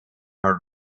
her